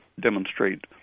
demonstrate